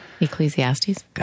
Ecclesiastes